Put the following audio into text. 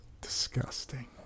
Disgusting